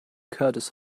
curtis